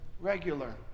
regular